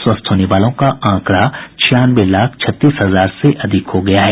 स्वस्थ होने वालों का आंकडा छियानवे लाख छत्तीस हजार से अधिक हो गया है